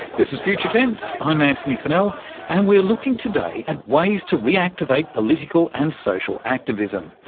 this is future tense, i'm antony funnell and we're looking today at ways to reactivate political and social activism.